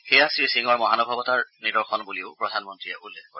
সেয়া শ্ৰীসিঙৰ মহানুভৱতাৰ নিদৰ্শন বুলিও প্ৰধানমন্ত্ৰীয়ে উল্লেখ কৰে